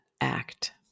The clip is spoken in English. act